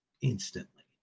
instantly